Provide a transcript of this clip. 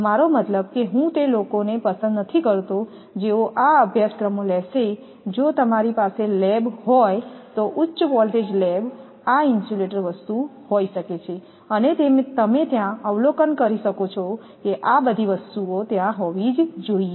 મારો મતલબ કે હું તે લોકોને પસંદ નથી કરતો જેઓ આ અભ્યાસક્રમો લેશે જો તમારી પાસે લેબ હોય તો ઉચ્ચ વોલ્ટેજ લેબ આ ઇન્સ્યુલેટર વસ્તુ હોઈ શકે છે અને તમે ત્યાં અવલોકન કરી શકો છો કે આ બધી વસ્તુઓ ત્યાં હોવી જ જોઇએ